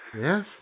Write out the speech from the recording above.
Yes